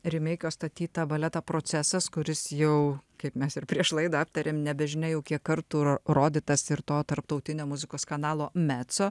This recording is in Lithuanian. rimeikio statytą baletą procesas kuris jau kaip mes ir prieš laidą aptarėm nebežinia jau kiek kartų rodytas ir to tarptautinio muzikos kanalo meco